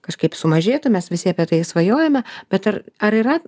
kažkaip sumažėtų mes visi apie tai svajojame bet ar ar yra